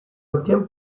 obtient